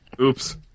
Oops